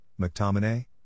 McTominay